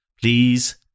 Please